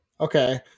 Okay